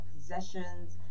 possessions